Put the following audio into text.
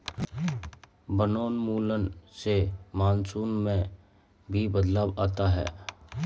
वनोन्मूलन से मानसून में भी बदलाव आता है